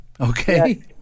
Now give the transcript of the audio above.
Okay